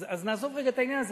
אז נעזוב רגע את העניין הזה.